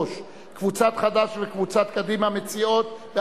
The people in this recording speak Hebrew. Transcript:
קבוצת חד"ש, קבוצת מרצ וקבוצת מרצ מציעות.